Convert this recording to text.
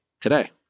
today